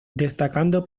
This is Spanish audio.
destacando